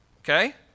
Okay